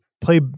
play